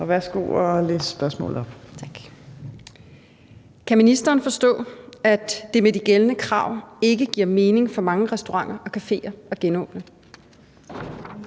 Thiesen (NB): Tak. Kan ministeren forstå, at det med de gældende krav ikke giver mening for mange restauranter og caféer at genåbne?